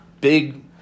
big